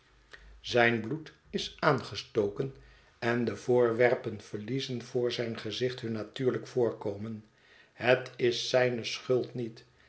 zijn bloed is aangestoken en de voorwerpen verliezen voor zijn gezicht hun natuurlijk voorkomen het is zijne schuld niet